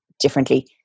differently